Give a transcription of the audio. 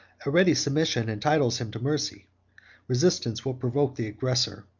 a ready submission entitles him to mercy resistance will provoke the aggressor,